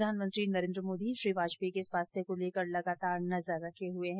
प्रधानमंत्री नरेंद्र मोदी श्री वाजपेयी के स्वास्थ्य को लेकर लगातार नजर रखे हुए हैं